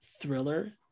thriller